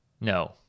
No